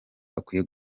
bakwiye